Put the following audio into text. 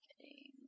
Okay